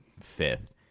fifth